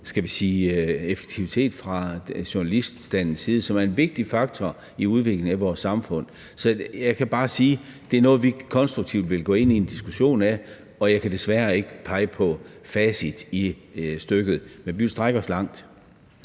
og høj effektivitet fra journaliststandens side, som er en vigtig faktor i udviklingen af vores samfund. Så jeg kan bare sige, at det er noget, vi konstruktivt vil gå ind i en diskussion af. Jeg kan desværre ikke pege på facit i regnestykket, men vi vil strække os langt.